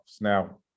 Now